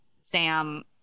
Sam